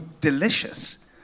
delicious